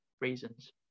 reasons